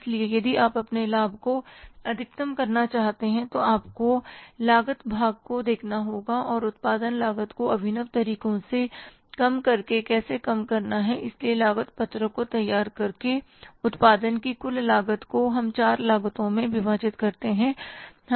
इसलिए यदि आप अपने लाभ को अधिकतम करना चाहते हैं तो आपको लागत भाग को देखना होगा और उत्पादन लागत को अभिनव तरीकों से कम करके कैसे कम करना है इसीलिए लागत पत्रक को तैयार करके उत्पादन की कुल लागत को हम चार लागतों में विभाजित करते हैं